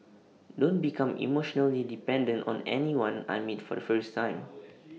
don't become emotionally dependent on anyone I meet for the first time